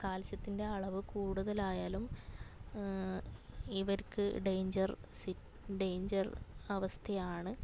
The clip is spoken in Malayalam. കാൽസ്യത്തിൻ്റെ അളവ് കൂടുതലായാലും ഇവർക്ക് ഡെയ്ഞ്ചർ സി ഡെയ്ഞ്ചർ അവസ്ഥയാണ്